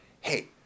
hey